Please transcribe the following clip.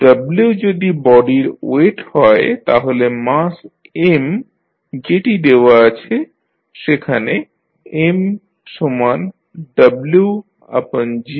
w যদি বডির weight হয় তাহলে মাস M যেটি দেওয়া আছে সেখানে M সমান w g